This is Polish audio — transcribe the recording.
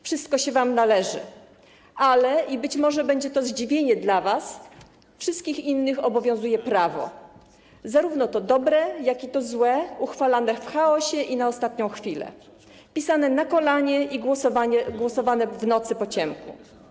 Wszystko się wam należy, ale - i być może będzie to zdziwienie dla was - wszystkich innych obowiązuje prawo, zarówno to dobre, jak i to złe, uchwalane w chaosie i na ostatnią chwilę, pisane na kolanie i przegłosowywane w nocy, po ciemku.